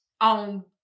on